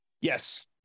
Yes